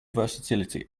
versatility